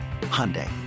Hyundai